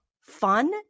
fun